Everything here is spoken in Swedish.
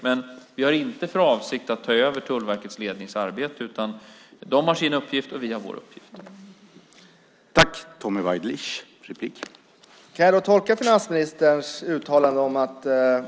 Men vi har inte för avsikt att ta över Tullverkets lednings arbete. De har sin uppgift, och vi har vår uppgift.